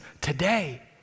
today